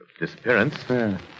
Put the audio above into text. disappearance